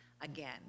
again